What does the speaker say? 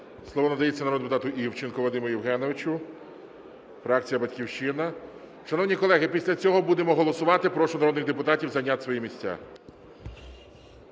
Слово надається народному депутату Івченку Вадиму Євгеновичу, фракція "Батьківщина". Шановні колеги, після цього будемо голосувати, прошу народних депутатів зайняти свої місця.